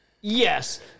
Yes